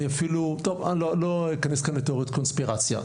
אני לא אכנס לתיאוריית הקונספירציה.